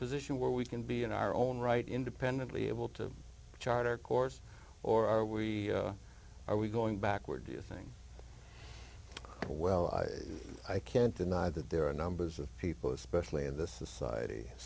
position where we can be in our own right independently able to chart a course or are we are we going backward do you think well i i can't deny that there are numbers of people especially in this society s